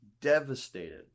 devastated